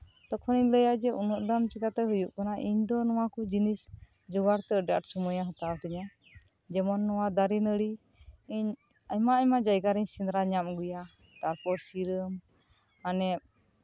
ᱛᱚᱠᱷᱚᱱᱤᱧ ᱞᱟᱹᱭᱟ ᱡᱮ ᱩᱱᱟᱹᱜ ᱫᱟᱢ ᱪᱤᱠᱟᱛᱮ ᱦᱩᱭᱩᱜ ᱠᱟᱱᱟ ᱤᱧ ᱫᱚ ᱱᱚᱣᱟ ᱠᱚ ᱡᱤᱱᱤᱥ ᱡᱚᱜᱟᱲᱛᱮ ᱟᱹᱰᱤ ᱟᱸᱴ ᱥᱚᱢᱚᱭ ᱮ ᱡᱦᱟᱛᱟᱣ ᱛᱤᱧᱟ ᱡᱮᱢᱚᱱ ᱱᱚᱣᱟ ᱫᱟᱨᱮ ᱱᱟᱹᱲᱤ ᱤᱧ ᱟᱭᱢᱟ ᱟᱭᱢᱟ ᱡᱟᱭᱜᱟᱨᱮᱧ ᱥᱮᱸᱫᱽᱨᱟ ᱧᱟᱢ ᱟᱜᱩᱭᱟ ᱛᱟᱨᱯᱚᱨ ᱥᱤᱨᱟᱹᱢ ᱢᱟᱱᱮ